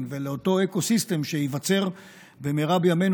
ולאותו אקו-סיסטם שייווצר במהרה בימינו,